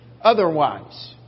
otherwise